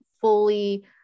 fully